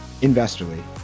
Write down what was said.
Investorly